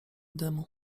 dymu